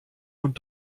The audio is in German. und